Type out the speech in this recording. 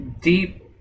deep